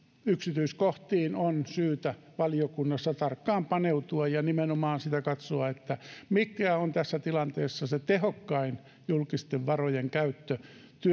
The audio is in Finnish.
yksityiskohtiin on syytä valiokunnassa tarkkaan paneutua ja nimenomaan sitä katsoa että mikä on tässä tilanteessa se tehokkain julkisten varojen käyttö